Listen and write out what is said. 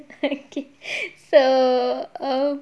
okay so err